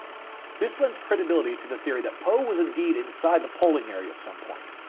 this lends credibility to the theory that poe was indeed inside the polling area at some point,